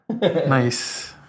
Nice